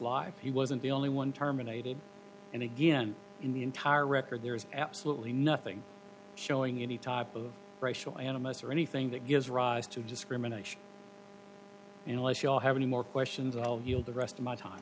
life he wasn't the only one terminated and again in the entire record there is absolutely nothing showing any type of racial animus or anything that gives rise to discrimination unless you have any more questions i'll yield the rest of my time